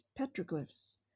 petroglyphs